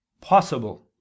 possible